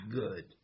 good